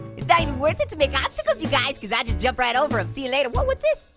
it's not even worth it to make obstacles, you guys, cause i just jump right over em, see you later. whoa, what's this,